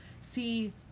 see